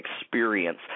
Experience